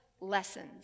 lessons